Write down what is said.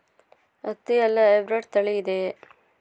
ಹತ್ತಿಯಲ್ಲಿ ಹೈಬ್ರಿಡ್ ತಳಿ ಇದೆಯೇ?